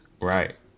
Right